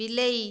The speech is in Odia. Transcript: ବିଲେଇ